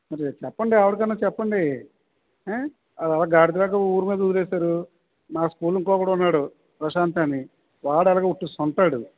మరి చెప్పండి ఆవిడ కన్నా చెప్పండి ఏ వాడు అలా గాడిదలాగా ఊరు మీద వదిలేశారు మా స్కూల్లో ఇంకొకడు ఉన్నాడు ప్రశాంత్ అని వాడు అలాగే ఉట్టి సుంఠ వాడు